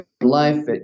life